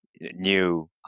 new